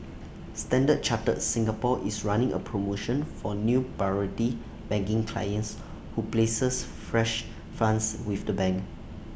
standard chartered Singapore is running A promotion for new priority banking clients who places fresh funds with the bank